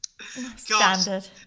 Standard